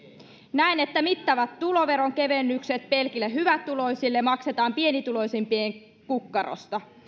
näen että mittavat tuloveron kevennykset pelkille hyvätuloisille maksetaan pienituloisimpien kukkarosta